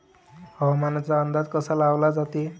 हवामानाचा अंदाज कसा लावला जाते?